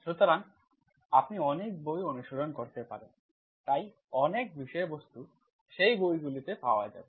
সুতরাং আপনি অনেক বই অনুসরণ করতে পারেন তাই অনেক বিষয়বস্তু সেই বইগুলিতে পাওয়া যাবে